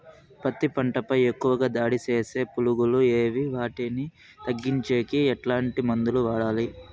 పత్తి పంట పై ఎక్కువగా దాడి సేసే పులుగులు ఏవి వాటిని తగ్గించేకి ఎట్లాంటి మందులు వాడాలి?